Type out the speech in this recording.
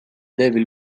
devil